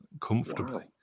comfortably